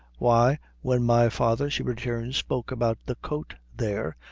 why, when my father, she returned, spoke about the coat there,